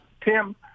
Tim